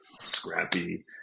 scrappy